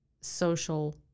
social